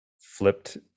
flipped